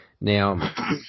Now